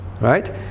right